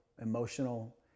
emotional